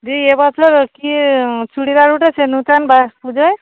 দি এ বছর কি চুড়িদার উঠেছে নুতন বাস পুজায়